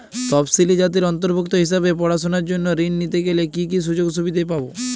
তফসিলি জাতির অন্তর্ভুক্ত হিসাবে পড়াশুনার জন্য ঋণ নিতে গেলে কী কী সুযোগ সুবিধে পাব?